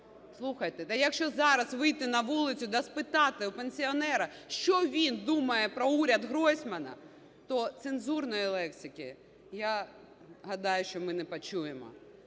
Слухайте, та якщо зараз вийти на вулицю і спитати у пенсіонера, що він думає про уряд Гройсмана, то цензурної лексики, я гадаю, що ми не почуємо.